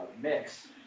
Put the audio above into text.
mix